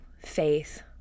faith